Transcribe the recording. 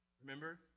Remember